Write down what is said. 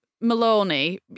Maloney